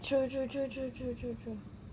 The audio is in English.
true true true true true true true